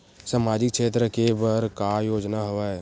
सामाजिक क्षेत्र के बर का का योजना हवय?